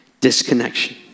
Disconnection